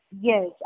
Yes